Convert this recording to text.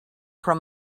from